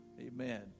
amen